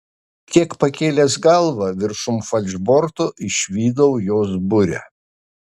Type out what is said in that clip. kiek pakėlęs galvą viršum falšborto išvydau jos burę